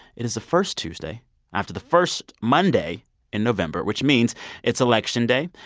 it is the first tuesday after the first monday in november, which means it's election day,